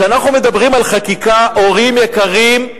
כשאנחנו מדברים על חקיקה, הורים יקרים,